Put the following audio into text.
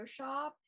Photoshop